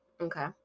Okay